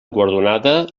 guardonada